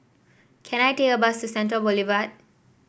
can I take a bus to Central Boulevard